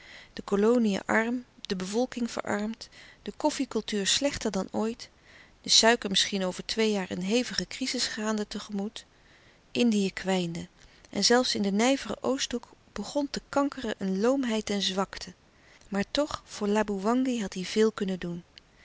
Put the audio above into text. de koloniën arm de bevolking verarmd de koffiecultuur slechter dan ooit de suiker misschien over twee jaar een hevige crizis gaande tegemoet indië kwijnde en zelfs in den nijveren oosthoek begon te kankeren een loomheid en zwakte maar toch voor laboewangi had hij veel kunnen doen